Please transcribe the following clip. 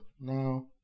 Now